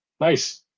nice